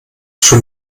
schon